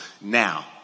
Now